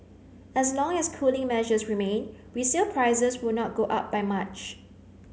as long as cooling measures remain resale prices will not go up by much